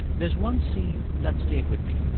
there's one scene that stayed with me.